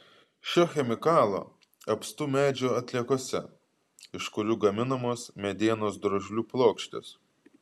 šio chemikalo apstu medžio atliekose iš kurių gaminamos medienos drožlių plokštės